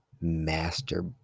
master